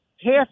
half